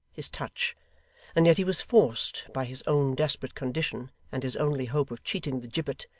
his touch and yet he was forced, by his own desperate condition and his only hope of cheating the gibbet,